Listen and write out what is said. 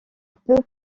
peut